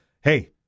hey